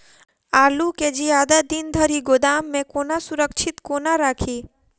आलु केँ जियादा दिन धरि गोदाम मे कोना सुरक्षित कोना राखि?